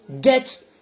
get